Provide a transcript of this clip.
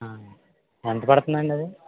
ఎంతపడుతుంది అండి అది